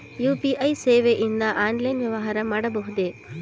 UPI ಸೇವೆಯಿಂದ online ವ್ಯವಹಾರ ಮಾಡಬಹುದೇ?